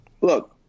look